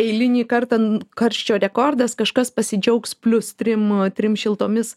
eilinį kartą karščio rekordas kažkas pasidžiaugs plius trim trim šiltomis